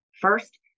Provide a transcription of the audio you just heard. First